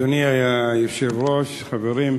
אדוני היושב-ראש, חברים,